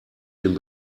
den